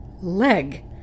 leg